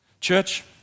Church